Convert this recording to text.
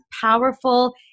powerful